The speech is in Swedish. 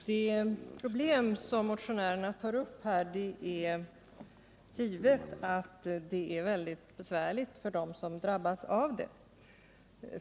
Herr talman! Det är givet att det problem som motionärerna tar upp är väldigt besvärligt för dem som drabbas av det.